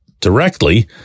directly